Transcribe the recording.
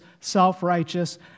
self-righteous